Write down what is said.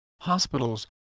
hospitals